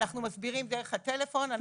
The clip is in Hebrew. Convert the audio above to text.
אנחנו מסבירים דרך הטלפון.